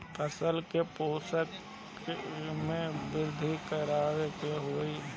फसल के पोषक में वृद्धि कइसे होई?